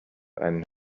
einen